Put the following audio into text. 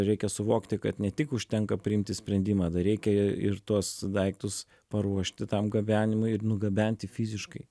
reikia suvokti kad ne tik užtenka priimti sprendimą dar reikia ir tuos daiktus paruošti tam gabenimui ir nugabenti fiziškai